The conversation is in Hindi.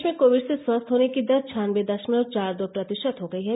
देश में कोविड से स्वस्थ होने की दर छानबे दशमलव चार दो प्रतिशत हो गई है